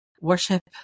worship